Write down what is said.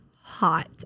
hot